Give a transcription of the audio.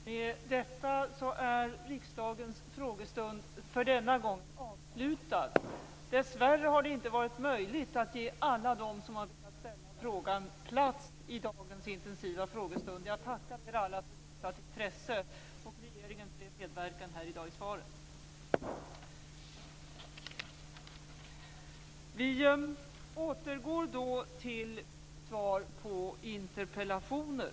Med detta är riksdagens frågestund för denna gång avslutad. Dess värre har det inte varit möjligt att ge alla dem som har velat ställa frågor plats i dagens intensiva frågestund. Jag tackar er alla för visat intresse. Jag tackar också för regeringens medverkan i svaren här i dag.